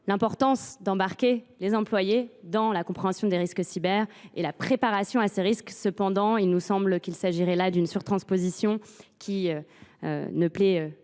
l’importance d’embarquer les employés dans la compréhension des risques cyber et la préparation à ces risques. Cependant, il nous semble qu’il s’agirait là d’une surtransposition qui ne plairait pas